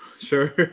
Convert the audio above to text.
Sure